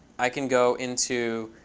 i can go into